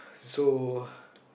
so ppl